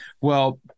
Well-